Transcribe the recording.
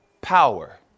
power